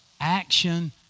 action